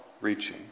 reaching